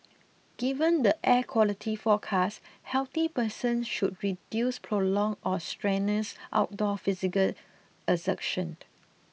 given the air quality forecast healthy persons should reduce prolonged or strenuous outdoor physical exertion